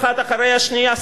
האחת אחרי השנייה,